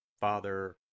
Father